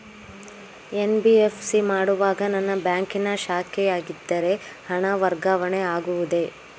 NBFC ಮಾಡುವಾಗ ನನ್ನ ಬ್ಯಾಂಕಿನ ಶಾಖೆಯಾಗಿದ್ದರೆ ಹಣ ವರ್ಗಾವಣೆ ಆಗುವುದೇ?